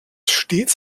stets